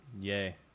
Yay